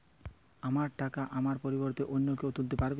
আমার টাকা আমার পরিবর্তে অন্য কেউ তুলতে পারবে?